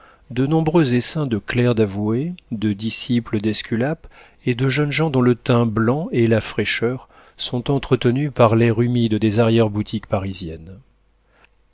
de nombreux essaims de clercs d'avoué de disciples d'esculape et de jeunes gens dont le teint blanc et la fraîcheur sont entretenus par l'air humide des arrière-boutiques parisiennes